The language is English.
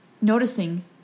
noticing